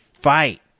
fight